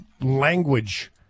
language